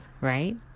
Right